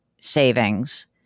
savings